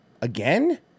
Again